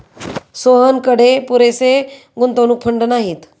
सोहनकडे पुरेसे गुंतवणूक फंड नाहीत